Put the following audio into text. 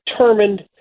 determined